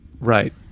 Right